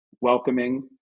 welcoming